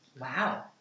Wow